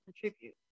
contribute